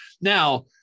Now